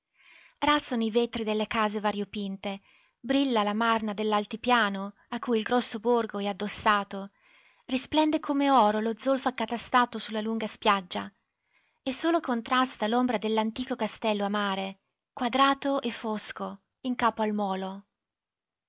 razzano i vetri delle case variopinte brilla la marna dell'altipiano a cui il grosso borgo è addossato risplende come oro lo zolfo accatastato su la lunga spiaggia e solo contrasta l'ombra dell'antico castello a mare quadrato e fosco in capo al molo